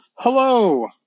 hello